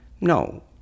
no